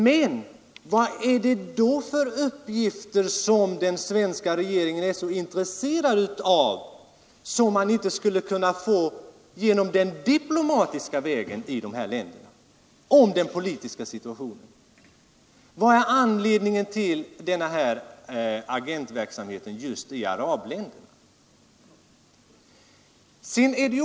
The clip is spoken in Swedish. Men vad är det för uppgifter om den politiska situationen som den svenska regeringen är så intresserad av, att man inte skulle kunna få dem den diplomatiska vägen i de här länderna. Vad är anledningen till den här agentverksamhe 49 ten i arabländerna?